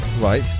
Right